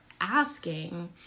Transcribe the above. asking